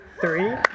three